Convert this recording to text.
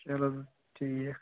چلو ٹھیٖک